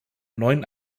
neuen